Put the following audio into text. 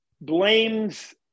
blames